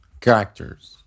characters